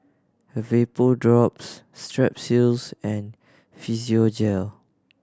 Vapodrops Strepsils and Physiogel